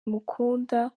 amukunda